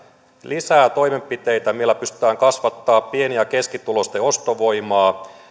lisää toimenpiteitä millä pystytään kasvattamaan pieni ja keskituloisten ostovoimaa